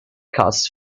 costs